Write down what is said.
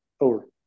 over